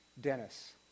Dennis